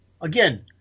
Again